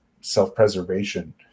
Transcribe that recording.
self-preservation